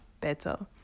better